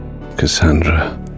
Cassandra